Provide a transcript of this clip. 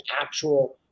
actual